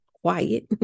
quiet